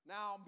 Now